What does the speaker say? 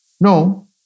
No